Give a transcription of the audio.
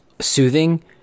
soothing